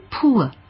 poor